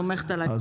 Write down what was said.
סומכת עלייך, נעמה.